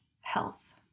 Health